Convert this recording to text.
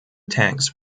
tanks